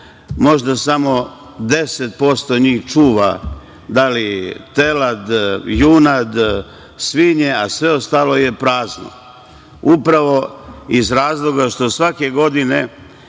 možda samo 10% njih čuva telad, junad, svinje, a sve ostalo je prazno, upravo iz razloga što svake godine